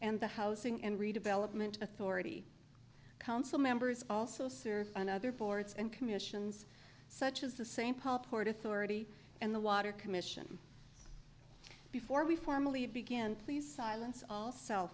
and the housing and redevelopment authority council members also and other boards and commissions such as the st paul port authority and the water commission before we formally began please silence all cell